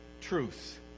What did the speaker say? truth